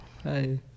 Hi